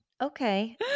okay